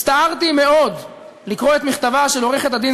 הצטערתי מאוד לקרוא את מכתבה של עורכת-הדין